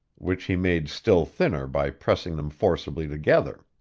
which he made still thinner by pressing them forcibly together.